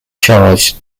charge